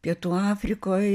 pietų afrikoj